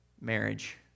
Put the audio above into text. marriage